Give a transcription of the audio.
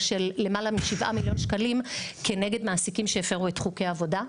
של למעלה מ-7 מיליון שקלים כנגד מעסיקים שהפרו את חוקי העבודה,